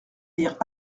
lire